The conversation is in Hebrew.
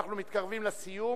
אנחנו מתקרבים לסיום,